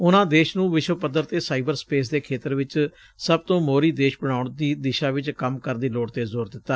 ਉਨੂਾ ਦੇਸ਼ ਨੂੰ ਵਿਸ਼ਵ ਪੱਧਰ ਤੇ ਸਾਈਬਰ ਸਪੇਸ ਦੇ ਖੇਤਰ ਵਿਚ ਸਭ ਤੋ ਮੋਹਰੀ ਦੇਸ਼ ਬਣਾਉਣ ਦੀ ਦਿਸ਼ਾ ਵਿਚ ਕੰਮ ਕਰਨ ਦੀ ਲੋੜ ਤੇ ਜ਼ੋਰ ਦਿੱਤਾ